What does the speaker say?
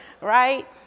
right